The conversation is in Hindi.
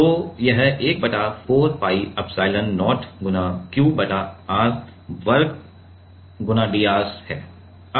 तो यह 1 बटा 4 pi एप्सिलॉन0 × Q बटा r वर्ग dr है